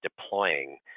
deploying